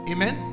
Amen